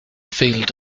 field